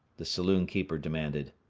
the saloon-keeper demanded.